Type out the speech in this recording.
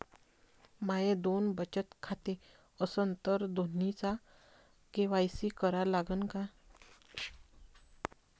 माये दोन बचत खाते असन तर दोन्हीचा के.वाय.सी करा लागन का?